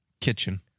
Kitchen